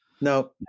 No